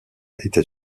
était